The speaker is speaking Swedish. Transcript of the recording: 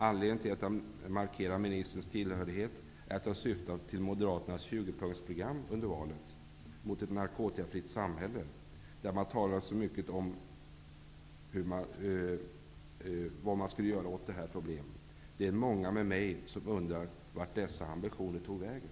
Anledningen till att jag riktar mig just till justitieministern är att Moderaterna under valrörelsen lade fram ett 20 punktsprogram för ett narkotikafritt samhälle, där man talade mycket om vad man skall göra åt narkotikaproblemet. Det är många med mig som undrar vart dessa ambitioner tog vägen.